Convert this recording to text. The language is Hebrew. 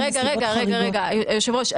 היושב ראש,